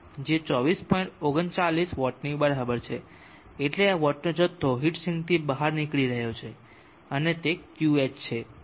39 વોટની બરાબર છે એટલા વોટનો જથ્થો હીટ સિંકથી બહાર નીકળી રહ્યો છે અને તે Qh છે